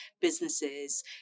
businesses